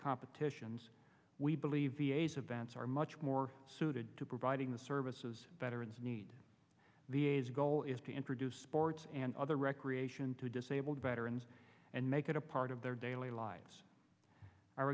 competitions we believe v a s events are much more suited to providing the services veterans need the a's goal is to introduce sports and other recreation to disabled veterans and make it a part of their daily lives